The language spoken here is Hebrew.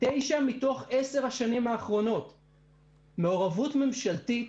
מעורבות ממשלתית